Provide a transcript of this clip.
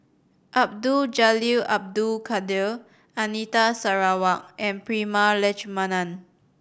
Abdul Jalil Abdul Kadir Anita Sarawak and Prema Letchumanan